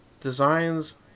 designs